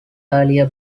earlier